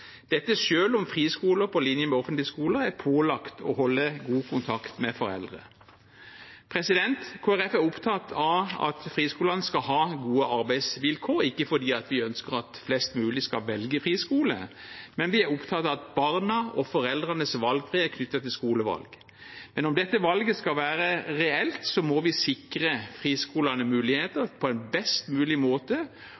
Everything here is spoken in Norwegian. om friskoler på linje med offentlige skoler er pålagt å holde god kontakt med foreldre. Kristelig Folkeparti er opptatt av at friskolene skal ha gode arbeidsvilkår, ikke fordi vi ønsker at flest mulig skal velge friskole, men vi er opptatt av barna og foreldrenes valgfrihet knyttet til skolevalg. Om dette valget skal være reelt, må vi sikre friskolene muligheter